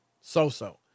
so-so